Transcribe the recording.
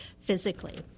physically